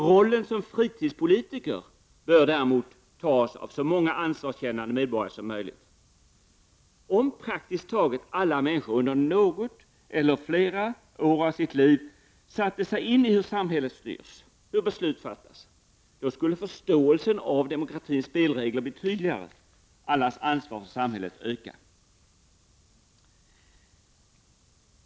Rollen som fritidspolitiker bör däremot intas av så många ansvarskännande medborgare som möjligt. Om praktiskt taget alla människor under något eller flera år av sitt liv satte sig in i hur samhället styrs, hur beslut fattas, skulle förståelsen av demokratins spelregler bli tydligare och allas ansvar för samhället öka.